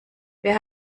wer